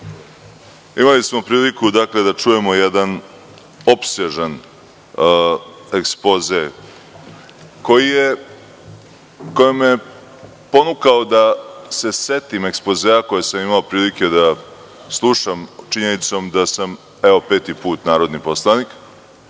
imali smo priliku da čujemo jedan opsežan ekspoze, koji me je ponukao da se setim ekspozea koji sam imao prilike da slušam, činjenicom da sam evo peti put narodni poslanik.